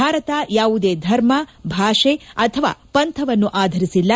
ಭಾರತ ಯಾವುದೇ ಧರ್ಮ ಭಾಷೆ ಅಥವಾ ಪಂಥವನ್ನು ಆಧರಿಸಿಲ್ಲ